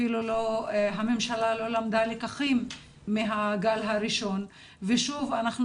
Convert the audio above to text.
אפילו הממשלה לא הפיקה לקחים מהגל הראשון ושוב אנחנו